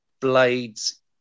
blades